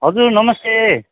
हजुर नमस्ते